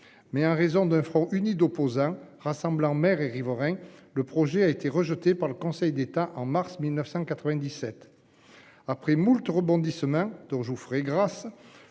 Mais en raison d'un front uni d'opposants rassemblant mer et riverains, le projet a été rejeté par le Conseil d'État en mars 1997. Après moult rebondissements dont je vous ferai grâce.